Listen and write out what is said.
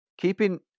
keeping